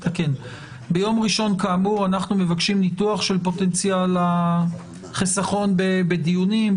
ביום ראשון כאמור אנו מבקשים ניתוח של פוטנציאל החיסכון בדיונים,